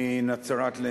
מנצרת,